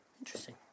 interesting